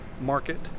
market